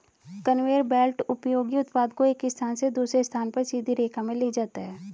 conveyor belt उपयोगी उत्पाद को एक स्थान से दूसरे स्थान पर सीधी रेखा में ले जाता है